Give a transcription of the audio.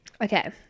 Okay